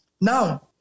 Now